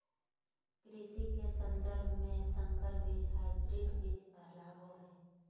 कृषि के सन्दर्भ में संकर बीज हायब्रिड बीज कहलाबो हइ